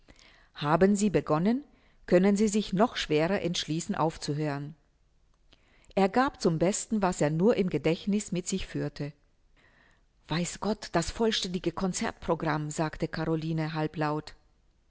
haben sie begonnen können sie sich noch schwerer entschließen aufzuhören er gab zum besten was er nur im gedächtniß mit sich führte weiß gott das vollständige concertprogramm sagte caroline halblaut